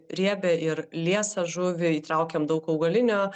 riebią ir liesą žuvį įtraukiame daug augalinio